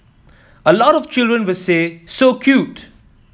a lot of children will say so cute